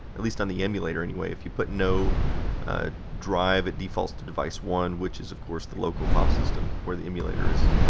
at least on the emulator anyway, if you put no drive it defaults to device one, which is of course the local file system where the emulator is,